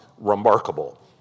remarkable